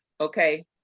Okay